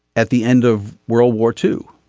at the end of world war two.